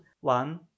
one